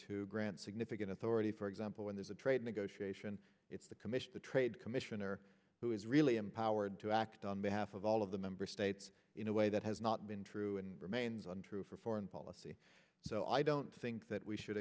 to grant significant authority for example when there's a trade negotiation it's the commission the trade commissioner who is really empowered to act on behalf of all of the member states in a way that has not been true and remains untrue for foreign policy so i don't think that we should